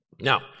Now